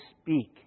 speak